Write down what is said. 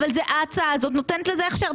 ההצעה הזאת נותנת לכם הכשר.